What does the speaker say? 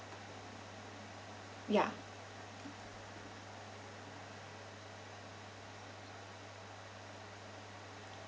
ya